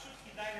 פשוט כדאי לדייק.